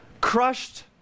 crushed